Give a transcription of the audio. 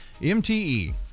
MTE